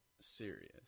serious